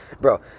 Bro